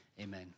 Amen